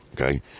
okay